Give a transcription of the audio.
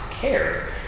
care